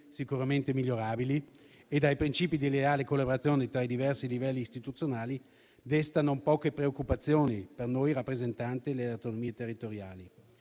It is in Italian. (sicuramente migliorabili) e dai principi di leale collaborazione tra i diversi livelli istituzionali, desta non poche preoccupazioni per noi rappresentanti delle autonomie territoriali.